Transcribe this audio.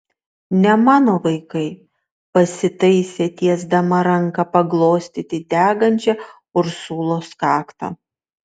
ne mano vaikai pasitaisė tiesdama ranką paglostyti degančią ursulos kaktą